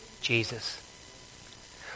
Jesus